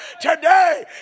Today